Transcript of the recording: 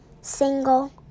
single